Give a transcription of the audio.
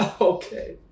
Okay